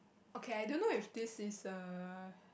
okay I do know if this is a